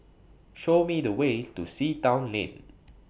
Show Me The Way to Sea Town Lane